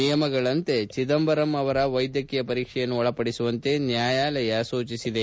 ನಿಯಮಗಳಂತೆ ಚಿದಂಬರಂ ಅವರ ವೈದ್ಯಕೀಯ ಪರೀಕ್ಷೆಯನ್ನು ಒಳಪಡಿಸುವಂತೆ ನ್ನಾಯಾಲಯ ಸೂಚಿಸಿದೆ